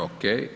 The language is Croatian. OK.